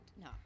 No